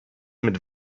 mit